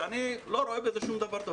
שאני לא רואה בזה שום דבר טוב.